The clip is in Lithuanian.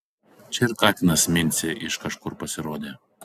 čia ir katinas mincė iš kažkur pasirodė